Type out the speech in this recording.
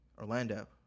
Orlando